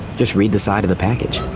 just read the side of the package,